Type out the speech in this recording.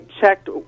checked